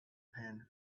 pan